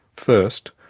first,